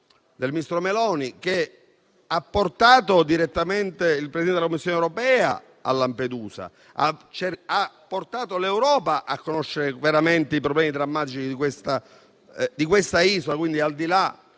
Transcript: del presidente Meloni, che ha portato direttamente il Presidente della Commissione europea a Lampedusa, ha permesso all'Europa di conoscere veramente i problemi drammatici di questa isola. Quindi, al di là